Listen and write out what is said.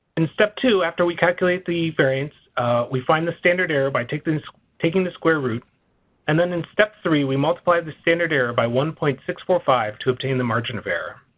in step two after we calculate the variance we find the standard error by taking the taking the square root and then in step three we multiply the standard error by one point six four five to obtain the margin of error.